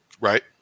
right